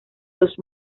los